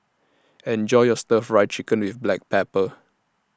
Enjoy your Stir Fry Chicken with Black Pepper